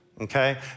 okay